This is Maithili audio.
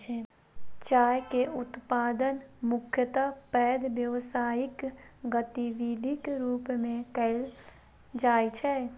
चाय के उत्पादन मुख्यतः पैघ व्यावसायिक गतिविधिक रूप मे कैल जाइ छै